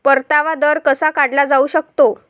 परतावा दर कसा काढला जाऊ शकतो?